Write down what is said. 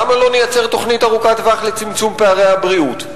למה לא נייצר תוכנית ארוכת טווח לצמצום פערי הבריאות?